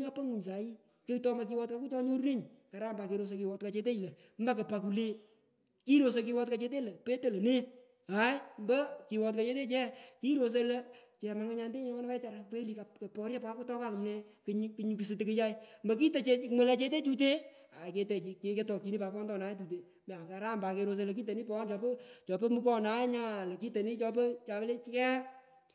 nyopo ng’ung saii kukighot koku chongorunenyi karam pat kerosoi kighot kochetechu lo mekupa kule kirosoi kighot kochetechu lo petoi lone aai mpo kighot kochetechuyee kirosoi lo chemanganya netenyu wechara koporyo papoto kakumne kunyu kusutu kuyay mokito ngulechete tute aai ketokchini pat pontene tukte akaram pat kerosoi lo kitoni poyon chopo mukonae ndo kitoni chopo chay le kegha.